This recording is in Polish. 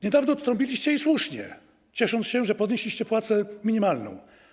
Niedawno odtrąbiliście sukces, i słusznie, ciesząc się, że podnieśliście płacę minimalną.